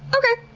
okay.